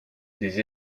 des